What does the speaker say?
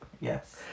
Yes